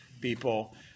people